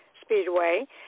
Speedway